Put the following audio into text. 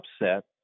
upset